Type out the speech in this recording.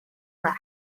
wreck